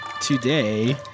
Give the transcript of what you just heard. Today